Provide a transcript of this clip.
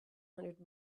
hundred